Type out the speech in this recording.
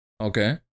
Okay